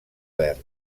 verd